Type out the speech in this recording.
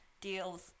deals